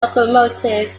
locomotive